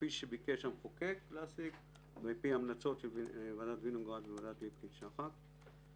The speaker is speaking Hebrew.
כפי שביקש המחוקק להשיג ולפי המלצות ועדת וינוגרד וועדת ליפקין שחק.